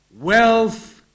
wealth